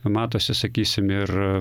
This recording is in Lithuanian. matosi sakysim ir